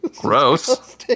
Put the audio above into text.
Gross